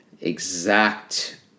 exact